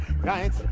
right